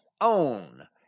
own